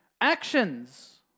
Actions